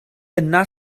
yna